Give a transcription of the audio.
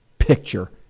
picture